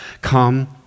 come